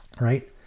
right